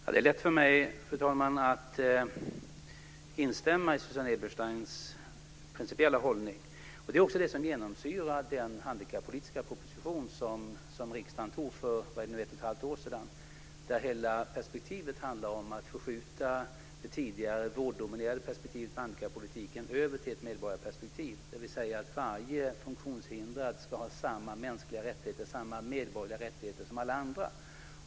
Fru talman! Det är lätt för mig att instämma i Susanne Ebersteins principiella hållning. Det är också en sådan hållning som genomsyrar den handikappolitiska proposition som riksdagen antog för ungefär ett och ett halvt år sedan. Det handlar om att flytta över det tidigare vårddominerade perspektivet i handikappolitiken till ett medborgarperspektiv. Varje funktionshindrad ska ha samma mänskliga och medborgerliga rättigheter som alla andra.